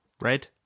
Red